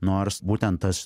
nors būtent tas